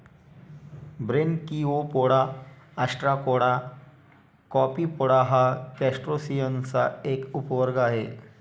Branchiopoda, Ostracoda, Copepoda हा क्रस्टेसिअन्सचा एक उपवर्ग आहे